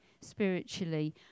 spiritually